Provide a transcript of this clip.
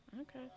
Okay